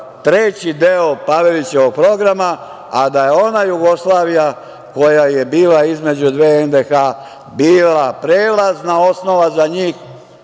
treći deo Pavelićevog programa, a da je ona Jugoslavija koja je bila između dve NDH bila prelazna osnova za njih.Za